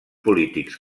polítics